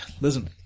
listen